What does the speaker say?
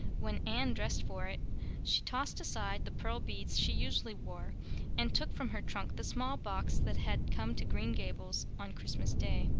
when anne dressed for it she tossed aside the pearl beads she usually wore and took from her trunk the small box that had come to green gables on christmas day.